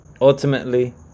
ultimately